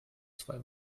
zwei